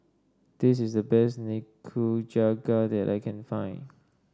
this is the best Nikujaga that I can find